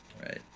Right